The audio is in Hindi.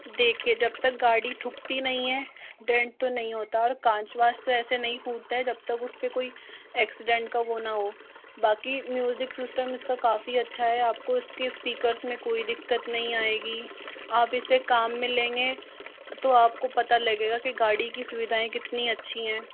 देखिए जब तक गाड़ी ठुकती नहीं है डेन्ट तो नहीं होता और कांच वाँच तो ऐसे नहीं फूटते जब तक उस पर कोई एक्सीडेंट का वह न हो बाकी म्यूजिक सिस्टम इसका काफी अच्छा है आपको उसके स्पीकर्स में कोई दिक्कत नहीं आएगी आप इसे काम में लेंगे तो आपको पता लगेगा गाड़ी की सुविधाएँ कितनी अच्छी हैं